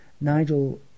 Nigel